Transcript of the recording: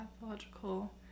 Pathological